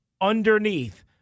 underneath